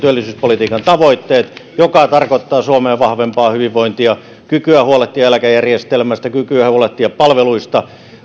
ja työllisyyspolitiikan tavoitteet joka tarkoittaa suomelle vahvempaa hyvinvointia kykyä huolehtia eläkejärjestelmästä kykyä huolehtia palveluista on